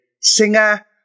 singer